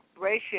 ratio